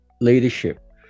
leadership